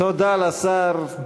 תודה לשר.